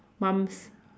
mum's